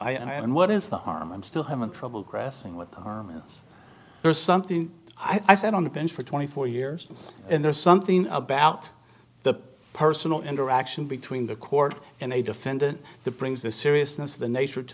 time i am and what is the harm i'm still having trouble grasping what there's something i said on the bench for twenty four years and there's something about the personal interaction between the court and a defendant the brings the seriousness the nature to